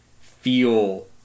feel